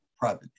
private